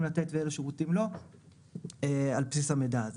לתת ואילו שירותים לא על בסיס מידע זה.